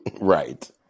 Right